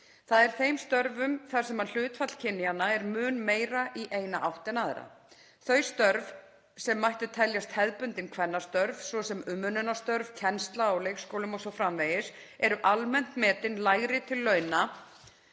þ.e. þeim störfum þar sem hlutfall kynjanna er mun meira í eina átt en aðra. Þau störf sem mættu teljast hefðbundin kvennastörf, svo sem umönnunarstörf, kennsla á leikskólum o.s.frv., eru almennt metinn lægri til launa